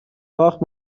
باخت